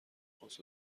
خواست